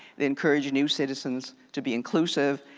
that encourage new citizens to be inclusive,